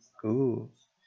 cool